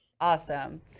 Awesome